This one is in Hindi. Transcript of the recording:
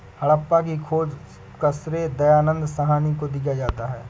हड़प्पा की खोज का श्रेय दयानन्द साहनी को दिया जाता है